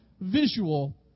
visual